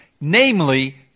namely